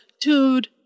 dude